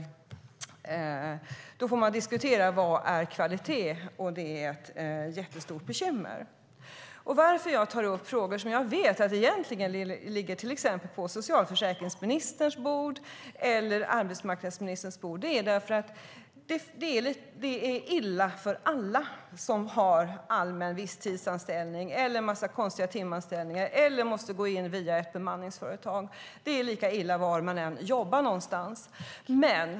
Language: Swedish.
Då får man diskutera vad kvalitet är, och det är ett jättestort bekymmer. Varför jag tar upp frågor som jag vet egentligen ligger på till exempel socialförsäkringsministerns eller arbetsmarknadsministerns bord är att det är illa för alla som har allmän visstidsanställning eller en massa konstiga timanställningar eller som måste gå in via ett bemanningsföretag. Det är lika illa var man än jobbar.